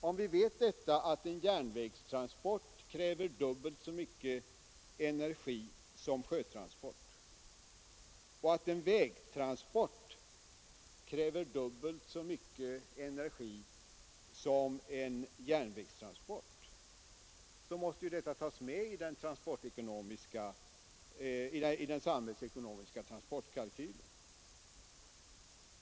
Om vi vet att en järnvägstransport kräver dubbelt så mycket energi som en sjötransport och att en vägtransport kräver dubbelt så mycket energi som en järnvägstransport, måste ju detta tas med i den samhällsekonomiska transportkalkylen.